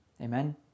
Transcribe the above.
Amen